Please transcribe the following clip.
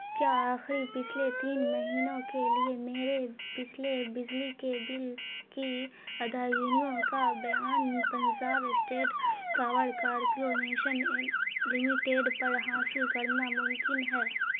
کیا آخری پچھلے تین مہینوں کے لیے میرے پچھلے بجلی کے بل کی ادائیگیوں کا بیان Punjab state power corporation limited پر حاصل کرنا ممکن ہے